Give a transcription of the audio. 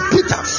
Peter